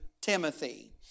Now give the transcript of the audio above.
Timothy